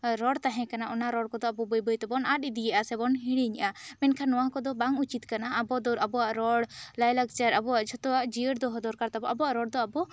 ᱨᱚᱲ ᱛᱟᱦᱮᱸ ᱠᱟᱱᱟ ᱚᱱᱟ ᱨᱚᱲ ᱫᱚ ᱟᱵᱚ ᱵᱟᱹᱭ ᱵᱟᱹᱭ ᱛᱮ ᱵᱚᱱ ᱟᱫ ᱤᱫᱤ ᱮᱫᱟ ᱥᱮ ᱵᱚᱱ ᱦᱤᱲᱤᱧᱮᱜᱼᱟ ᱢᱮᱱᱠᱷᱟᱱ ᱱᱚᱣᱟ ᱠᱚᱫᱚ ᱵᱟᱝ ᱩᱪᱤᱛ ᱠᱟᱱᱟ ᱟᱵᱚ ᱫᱚ ᱟᱵᱚᱣᱟᱜ ᱨᱚᱲ ᱞᱟᱭ ᱞᱟᱠᱪᱟᱨ ᱟᱵᱚᱣᱟᱜ ᱡᱷᱚᱛᱚᱣᱟᱜ ᱡᱤᱭᱟᱹᱲ ᱫᱚᱦᱚ ᱫᱚᱨᱠᱟᱨ ᱛᱟᱵᱚ ᱟᱵᱚᱣᱟᱜ ᱨᱚᱲ ᱫᱚ ᱟᱵᱚ